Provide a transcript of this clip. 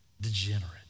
Degenerate